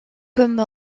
comme